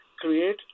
create